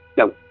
no.